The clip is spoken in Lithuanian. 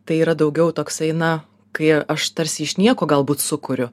tai yra daugiau toksai na kai aš tarsi iš nieko galbūt sukuriu